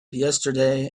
yesterday